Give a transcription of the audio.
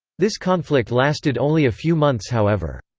this conflict lasted only a few months however.